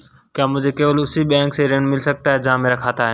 क्या मुझे केवल उसी बैंक से ऋण मिल सकता है जहां मेरा खाता है?